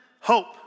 hope